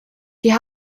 wir